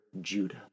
Judah